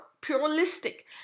pluralistic